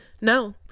No